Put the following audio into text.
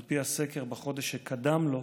על פי הסקר בחודש שקדם לו,